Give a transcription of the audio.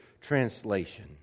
translation